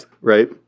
Right